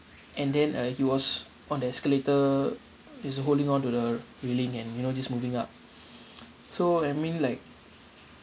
and then uh he was on the escalator is holding onto the railing and you know just moving up so I mean like